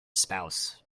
spouse